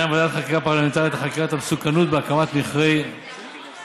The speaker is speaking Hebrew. בעניין ועדת חקירה פרלמנטרית לחקירת המסוכנות בהקמת מכרה בריר: